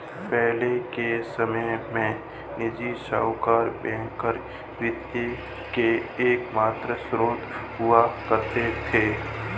पहले के समय में निजी साहूकर बैंकर वित्त के एकमात्र स्त्रोत हुआ करते थे